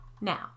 Now